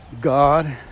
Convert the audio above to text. God